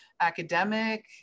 Academic